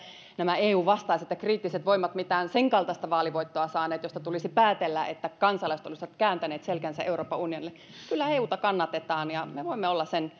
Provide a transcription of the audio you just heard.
nämä eu vastaiset ja kriittiset voimat mitään sen kaltaista vaalivoittoa saaneet josta tulisi päätellä että kansalaiset olisivat kääntäneet selkänsä euroopan unionille kyllä euta kannatetaan ja me voimme olla sen